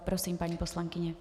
Prosím, paní poslankyně.